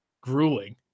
grueling